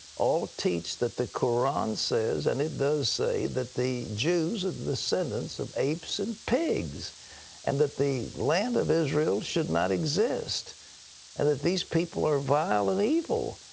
all teach that the koran says, and it does say, that the jews are the descendants of apes and pigs and that the land of israel should not exist and that these people are vile and evil.